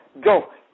go